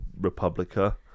Republica